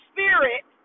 Spirit